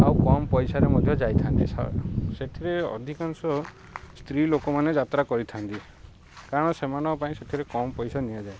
ଆଉ କମ୍ ପଇସାରେ ମଧ୍ୟ ଯାଇଥାନ୍ତି ସେଥିରେ ଅଧିକାଂଶ ସ୍ତ୍ରୀ ଲୋକମାନେ ଯାତ୍ରା କରିଥାନ୍ତି କାରଣ ସେମାନଙ୍କ ପାଇଁ ସେଥିରେ କମ୍ ପଇସା ନିଆଯାଏ